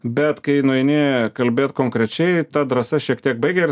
bet kai nueini kalbėt konkrečiai ta drąsa šiek tiek baigia ir